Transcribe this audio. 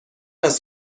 است